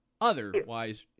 otherwise